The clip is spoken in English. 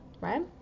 right